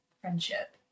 friendship